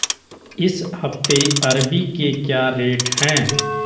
इस हफ्ते अरबी के क्या रेट हैं?